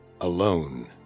alone